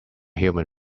human